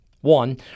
One